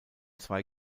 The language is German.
zwei